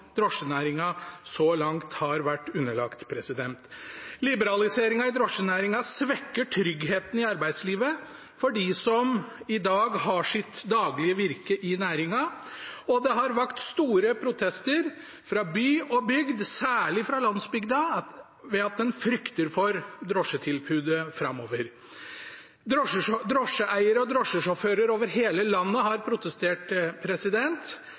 drosjenæringen så langt har vært underlagt. Liberaliseringen i drosjenæringen svekker tryggheten i arbeidslivet for dem som i dag har sitt daglige virke i næringen, og det har kommet sterke protester fra by og bygd, særlig fra landsbygda, ved at en frykter for drosjetilbudet framover. Drosjeeiere og drosjesjåfører over hele landet har protestert.